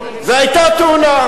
והיתה תאונה.